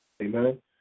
amen